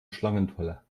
schlangenfalle